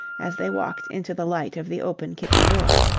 as they walked into the light of the open kitchen door.